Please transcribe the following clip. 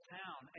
town